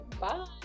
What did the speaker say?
bye